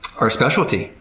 ah specialty.